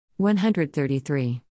133